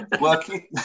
Working